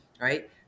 right